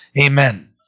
Amen